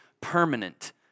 permanent